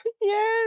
Yes